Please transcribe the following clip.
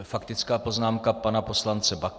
Faktická poznámka pana poslance Baxy.